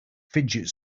fidget